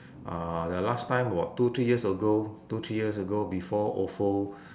uh the last time about two three years ago two three years ago before ofo